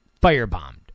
firebombed